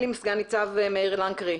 סגן ניצב מאיר לנקרי,